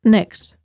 Next